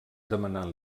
demanant